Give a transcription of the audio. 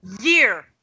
year